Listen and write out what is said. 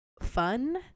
fun